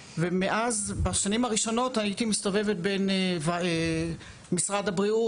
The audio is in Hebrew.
בשנים הראשונות הייתי מסתובבת בין משרד הבריאות,